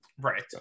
Right